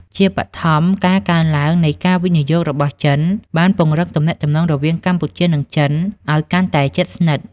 ជាបឋម ការកើនឡើងនៃការវិនិយោគរបស់ចិនបានពង្រឹងទំនាក់ទំនងរវាងកម្ពុជា និងចិន ឲ្យកាន់តែជិតស្និទ្ធ។